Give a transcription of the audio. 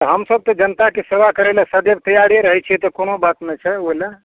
हमसब तऽ जनताके सेबा करए लऽ सदैब तैआरे रहैत छियै तब कोनो बात नहि छै ओहि लै